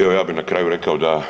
Evo ja bi na kraju rekao da